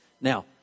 Now